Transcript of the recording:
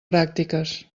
pràctiques